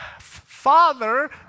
Father